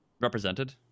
Represented